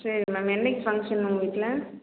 சரி மேம் என்றைக்கு ஃபங்ஷன் உங்கள் வீட்டில்